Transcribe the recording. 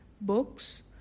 books